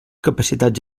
capacitats